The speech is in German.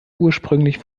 ursprünglich